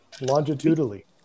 Longitudinally